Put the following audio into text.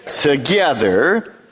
together